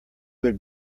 would